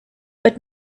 but